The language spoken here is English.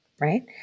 right